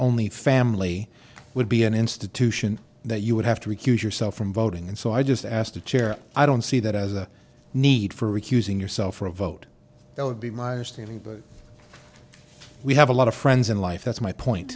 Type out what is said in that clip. only family would be an institution that you would have to recuse yourself from voting and so i just asked a chair i don't see that as a need for recusing yourself or a vote that would be my standing but we have a lot of friends in life that's my point